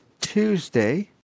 Tuesday